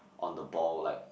on the ball like